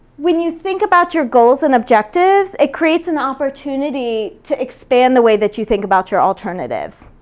when you think about your goals and objectives, it creates an opportunity to expand the way that you think about your alternatives.